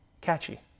Catchy